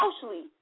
socially